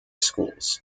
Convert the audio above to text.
schools